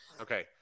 Okay